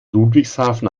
ludwigshafen